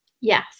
Yes